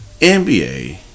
NBA